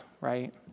Right